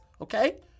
okay